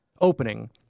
opening